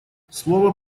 слово